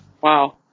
Wow